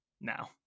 now